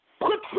put